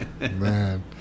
Man